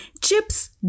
chips